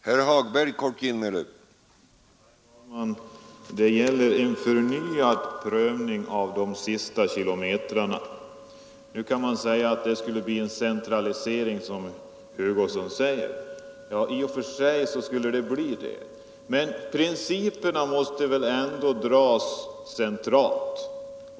Herr talman! Det gäller i detta fall en förnyad prövning av de sista kilometrarna i vägprojektet. Herr Hugosson säger att detta skulle innebära en centralisering av beslutsfattandet. Ja, i och för sig skulle det bli ett centraliserat beslutsfattande, men principerna måste väl ändå prövas centralt.